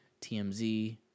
TMZ